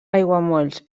aiguamolls